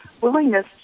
willingness